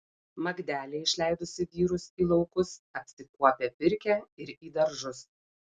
magdelė išleidusi vyrus į laukus apsikuopia pirkią ir į daržus